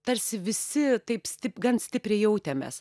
tarsi visi taip gan stipriai jautėmės